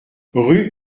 rue